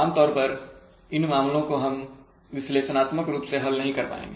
आमतौर पर इन मामलों को हम विश्लेषणात्मक रूप से हल नहीं कर पाएंगे